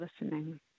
listening